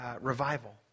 revival